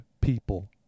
people